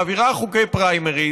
מעבירה חוקי פריימריז,